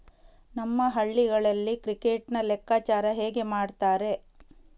ನಮ್ಮ ಹಳ್ಳಿಗಳಲ್ಲಿ ಕ್ರೆಡಿಟ್ ನ ಲೆಕ್ಕಾಚಾರ ಹೇಗೆ ಮಾಡುತ್ತಾರೆ?